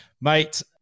Mate